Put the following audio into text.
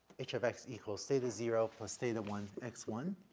h of x equals, theta zero plus theta one, x one,